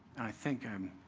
i think i'm